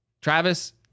Travis